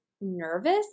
nervous